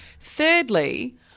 Thirdly